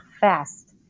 fast